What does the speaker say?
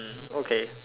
okay